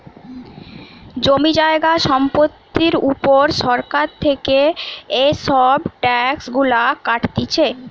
জমি জায়গা সম্পত্তির উপর সরকার থেকে এসব ট্যাক্স গুলা কাটতিছে